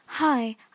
Hi